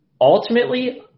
ultimately